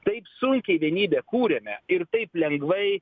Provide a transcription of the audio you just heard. taip sunkiai vienybę kūrėme ir taip lengvai